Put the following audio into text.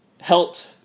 helped